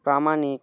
প্রামাণিক